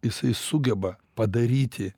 jisai sugeba padaryti